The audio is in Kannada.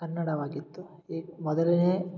ಕನ್ನಡವಾಗಿತ್ತು ಎ ಮೊದಲನೇ